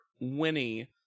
Winnie